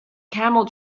camel